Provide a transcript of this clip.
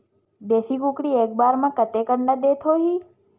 देशी कुकरी एक बार म कतेकन अंडा देत होही?